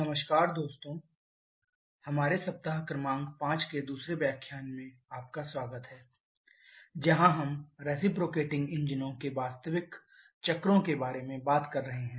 नमस्कार दोस्तों हमारे सप्ताह क्रमांक 5 के दूसरे व्याख्यान में आपका स्वागत है जहां हम रिसिप्रोकेटिंग इंजनों के लिए वास्तविक चक्रों के बारे में बात कर रहे हैं